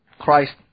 Christ